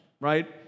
Right